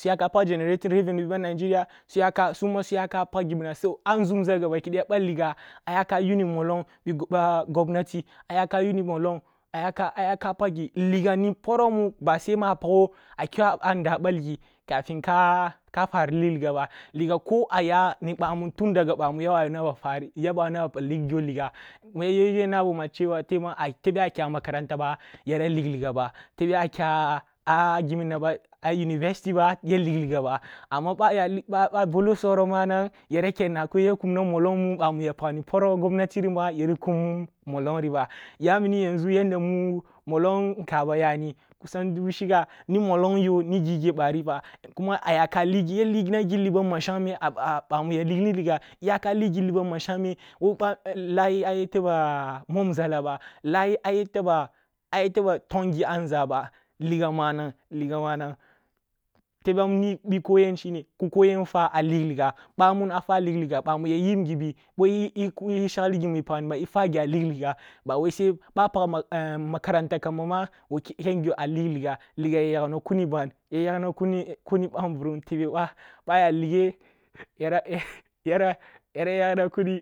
suyak pag generating reveneu bi ъanigeria suyaka summa suyaka pag gimina a nȝumȝa ayaka ayaka liga ni poro mu base a pagoh a kyo a nda balgi kafin ka fari lig lilliga, liga ko aya ni ъamun tun daga ъamun ya tarina ba lig ligga, ya wabina fare tebe a kya makarantaba ya lig ligga ba, tebe a kya university ba ya lig ligga ba, ъa abolo soro manang ya knmmna mollong mu ъamu yara pagni poro govenatiri yiri kum mullong ri ba ya wuni yanȝu yanda mu mollong nkaba yani kusan dubu shiga ni molong yo ni gige bariba kuma ya lina gilli ba mashengmeh wo ba lahye ba mum nzala ba lahye ayete ba tong gi a nȝaba, liga manan liga manang, tebam bi koyen shine ki koyen fwa a lig ligga bamun ki fwa lig ligga bah mu ya yib ngibi bwa shagiiba eh fwa ge a lig liga liga ya yagna kuni ban ъa aya lige